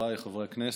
חבריי חברי הכנסת,